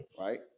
right